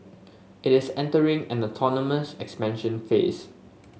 it is entering an autonomous expansion phase